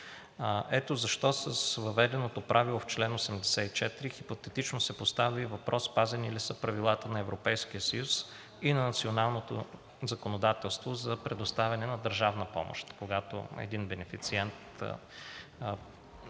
Ето защо с въведеното правило в чл. 84 хипотетично се поставя и въпрос спазени ли са правилата на Европейския съюз и на националното законодателство за предоставяне на държавна помощ, когато един бенефициент